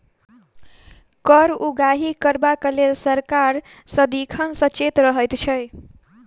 कर उगाही करबाक लेल सरकार सदिखन सचेत रहैत छै